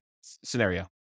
scenario